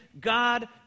God